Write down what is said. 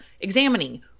examining